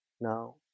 Now